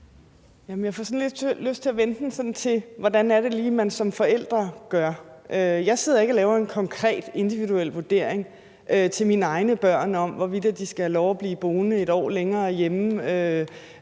og spørge, hvordan det lige er, man som forælder gør. Jeg sidder ikke og laver en konkret, individuel vurdering af mine egne børn af, hvorvidt de skal have lov at blive boende hjemme et år længere – om